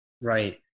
right